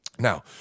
Now